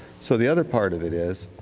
so the other part of it is,